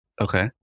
Okay